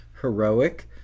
Heroic